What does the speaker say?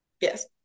Yes